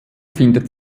findet